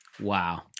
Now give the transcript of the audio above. Wow